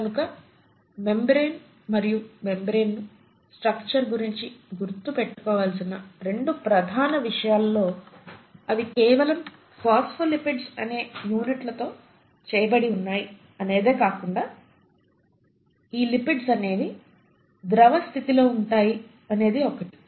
కనుక మెంబ్రేన్ మరియు మెంబ్రేన్గు స్ట్రక్చర్ గురించి గుర్తు పెట్టుకోవలసిన రెండు ప్రధానమైన విషయాలలో అవి కేవలం ఫోస్ఫోలిపిడ్స్ అనే యూనిట్ల తో చేయబడి వున్నాయి అనేదే కాకుండా ఈ లిపిడ్స్ అనేవి ద్రవ స్థితి లో ఉంటాయి అనేది ఒకటి